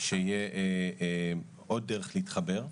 שתהיה עוד דרך להתחבר.